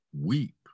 Weep